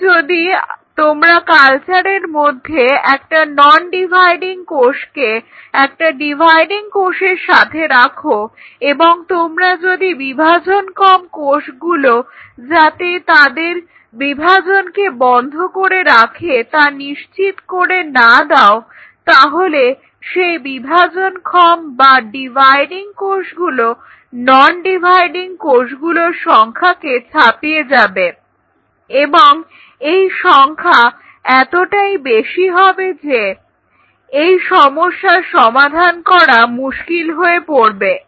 এখন যদি তোমরা কালচারের মধ্যে একটা নন ডিভাইডিং কোষকে একটা ডিভাইডিং কোষের সাথে রাখ এবং তোমরা যদি বিভাজনক্ষম কোষগুলো যাতে তাদের বিভাজনকে বন্ধ করে রাখে তা নিশ্চিত করে না দাও তাহলে এই বিভাজনক্ষম বা ডিভাইডিং কোষগুলো নন ডিভাইডিং কোষগুলোর সংখ্যাকে ছাপিয়ে যাবে এবং এই সংখ্যায এতটাই বেশি হবে যে এই সমস্যার সমাধান করা মুশকিল হয়ে পড়বে